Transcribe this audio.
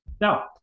Now